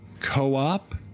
co-op